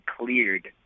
cleared